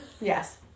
Yes